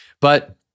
But-